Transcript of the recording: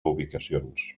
ubicacions